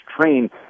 train